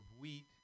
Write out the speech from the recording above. wheat